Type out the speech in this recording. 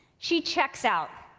she checks out.